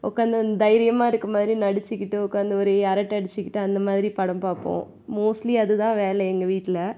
உட்காந்து அந் தைரியமாக இருக்க மாதிரி நடித்துக்கிட்டு உட்காந்து ஒரே அரட்டை அடித்துக்கிட்டு அந்தமாதிரி படம் பார்ப்போம் மோஸ்ட்லி அது தான் வேலை எங்கள் வீட்டில்